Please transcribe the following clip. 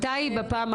בתלונות.